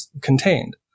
contained